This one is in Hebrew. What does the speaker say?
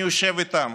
אני יושב איתם,